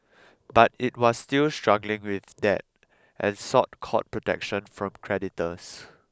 but it was still struggling with debt and sought court protection from creditors